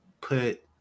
put